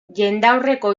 jendaurreko